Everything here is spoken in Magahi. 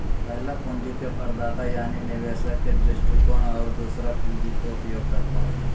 पहला पूंजी के प्रदाता यानी निवेशक के दृष्टिकोण और दूसरा पूंजी के उपयोगकर्ता के